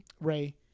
Ray